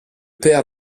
père